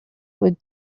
would